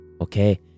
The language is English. Okay